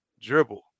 dribble